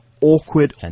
Awkward